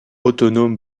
autonome